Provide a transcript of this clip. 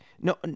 no